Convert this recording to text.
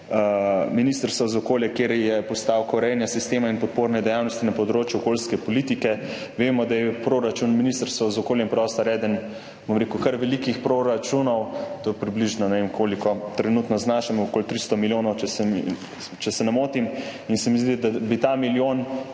ministrstva za okolje, ker je postavka urejanje sistema in podporne dejavnosti na področju okoljske politike. Vemo, da je proračun Ministrstva za okolje in prostor eden kar velikih proračunov. To je približno – ne vem, koliko trenutno znaša, okoli 300 milijonov, če se ne motim. In se mi zdi, da bi ta milijon